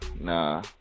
nah